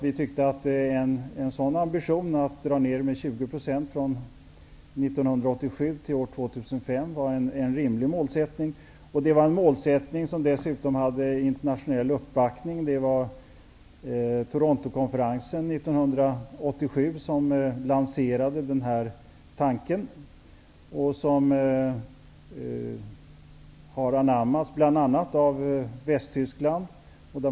Vi tyckte att ambitionen att dra ner med 20 % från 1987 till 2005 var en rimlig målsättning. Denna målsättning hade dessutom internationell uppbackning. Det var i Torontokonferensen 1987 som tanken lanserades och som anammades av bl.a. dåvarande Västtyskland.